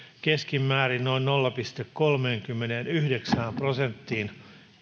keskimäärin noin nolla pilkku kolmeenkymmeneenyhdeksään prosenttiin